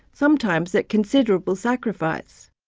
sometimes at considerable sacrifice